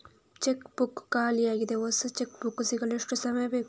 Check book ಖಾಲಿ ಯಾಗಿದೆ, ಹೊಸ ಚೆಕ್ ಬುಕ್ ಸಿಗಲು ಎಷ್ಟು ಸಮಯ ಬೇಕು?